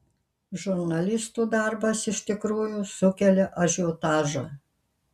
žurnalistų darbas iš tikrųjų sukelia ažiotažą